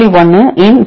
1 ln 0